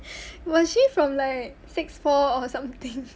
was she from like six four or something